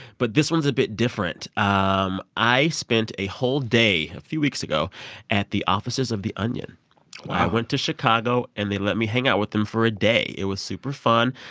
but this one's a bit different. um i spent a whole day a few weeks ago at the offices of the onion wow i went to chicago, and they let me hang out with them for a day. it was super fun.